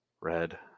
red